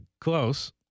close